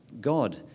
God